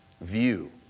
View